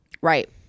right